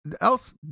else